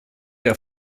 der